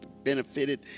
benefited